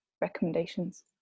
recommendations